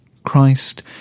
Christ